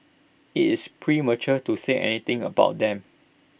IT is premature to say anything about them